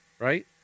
Right